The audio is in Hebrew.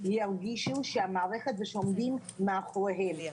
ירגישו שהמערכת עומדת מאחוריהם.